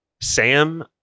Sam